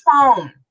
phone